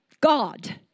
God